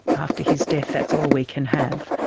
after his death, that's all we can have.